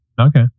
Okay